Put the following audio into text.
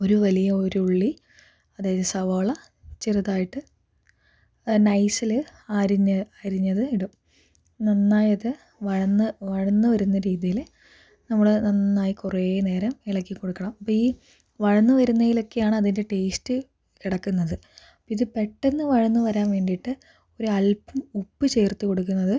ഒരു വലിയ ഒരു ഉള്ളി അതായത് സവാള ചെറുതായിട്ട് നൈസിൽ അരിഞ്ഞ് അരിഞ്ഞത് ഇടും നന്നായി അത് വഴന്ന് വഴന്ന് വരുന്ന രീതിയിൽ നമ്മൾ നന്നായി കുറേ നേരം ഇളക്കി കൊടുക്കണം അപ്പം ഈ വഴന്ന് വരുന്നതിലൊക്കെയാണ് അതിൻ്റെ ടേസ്റ്റ് കിടക്കുന്നത് ഇത് പെട്ടെന്ന് വഴന്ന് വരാൻ വേണ്ടിയിട്ട് ഒരു അല്പം ഉപ്പ് ചേർത്ത് കൊടുക്കുന്നത്